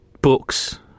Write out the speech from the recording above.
books